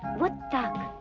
with the